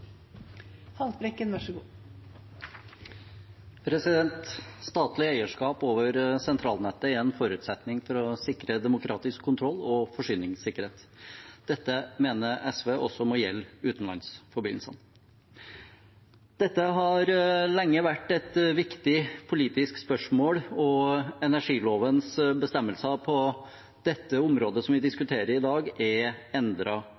en forutsetning for å sikre demokratisk kontroll og forsyningssikkerhet. Dette mener SV også må gjelde utenlandsforbindelsene. Dette har lenge vært et viktig politisk spørsmål, og energilovens bestemmelser på dette området som vi